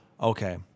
Okay